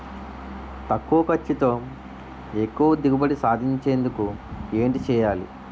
తక్కువ ఖర్చుతో ఎక్కువ దిగుబడి సాధించేందుకు ఏంటి చేయాలి?